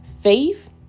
faith